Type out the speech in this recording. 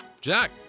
Jack